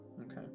Okay